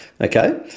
Okay